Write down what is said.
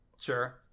Sure